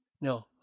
No